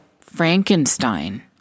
Frankenstein